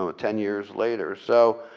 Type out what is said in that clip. um ten years later. so